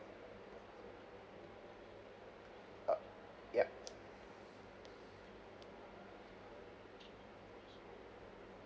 uh ya